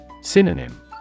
Synonym